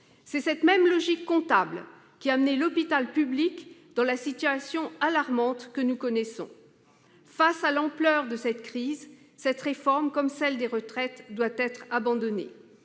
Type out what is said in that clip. C'est cette même logique comptable qui a conduit l'hôpital public à la situation alarmante que nous connaissons. Eu égard à l'ampleur de la crise, cette réforme, comme celle des retraites, doit être abandonnée.